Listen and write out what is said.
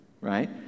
right